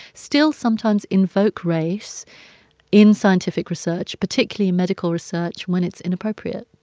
still sometimes invoke race in scientific research particularly medical research when it's inappropriate